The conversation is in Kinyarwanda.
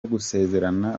gusezerana